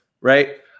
right